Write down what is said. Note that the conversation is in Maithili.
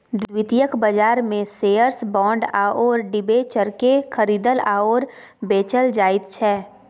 द्वितीयक बाजारमे शेअर्स बाँड आओर डिबेंचरकेँ खरीदल आओर बेचल जाइत छै